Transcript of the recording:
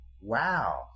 Wow